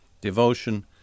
devotion